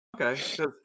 Okay